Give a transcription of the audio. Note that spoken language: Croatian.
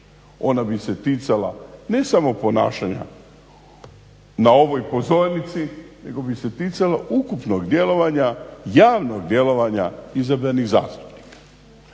Ona bi se ticala ne samo ponašanja na ovoj pozornici nego bi se ticala ukupnog djelovanja javnog djelovanja izabranih zastupnika.